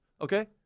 Okay